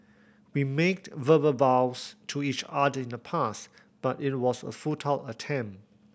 we made verbal vows to each other in the past but it was a futile attempt